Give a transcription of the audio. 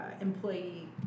employee